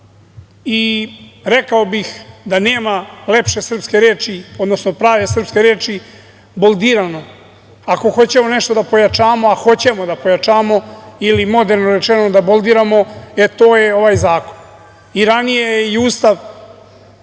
zakon. Rekao bih da nema lepše srpske reči, odnosno prave srpske reči „boldirano“ ako hoćemo nešto da pojačamo, a hoćemo da pojačamo ili moderno rečeno da boldiramo, e to je ovaj zakona. Ranije je i Ustav